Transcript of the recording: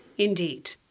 Indeed